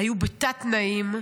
היו בתת-תנאים,